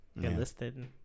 enlisted